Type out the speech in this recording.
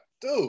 Dude